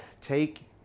take